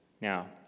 Now